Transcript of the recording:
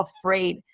afraid